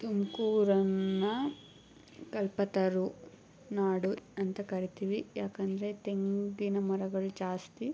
ತುಮಕೂರನ್ನು ಕಲ್ಪತರು ನಾಡು ಅಂತ ಕರಿತೀವಿ ಯಾಕೆಂದ್ರೆ ತೆಂಗಿನ ಮರಗಳು ಜಾಸ್ತಿ